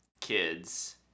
kids